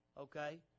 okay